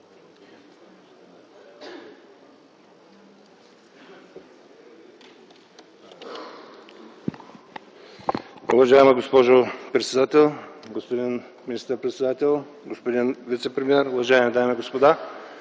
Уважаема госпожо председател, господин министър-председател, господин вицепремиер, уважаеми дами и господа!